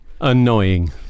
annoying